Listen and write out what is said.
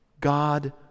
God